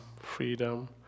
freedom